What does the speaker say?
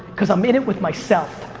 cause i'm in it with myself.